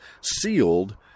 sealed